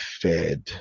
fed